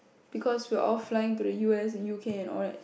because we are all flying to the U_S the U_K all that